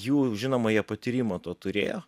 jų žinoma jie patyrimo to turėjo